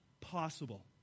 possible